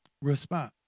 respond